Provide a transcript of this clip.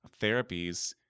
therapies